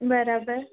બરાબર